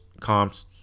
comps